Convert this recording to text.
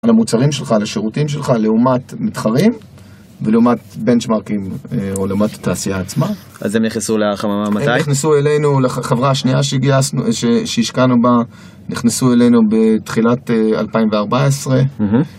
למוצרים שלך, לשירותים שלך, לעומת מתחרים, ולעומת בנצ'מרקים, או לעומת התעשייה עצמה. אז הם נכנסו לחממה מתי? הם נכנסו אלינו לחברה השנייה שהשקענו בה, נכנסו אלינו בתחילת 2014.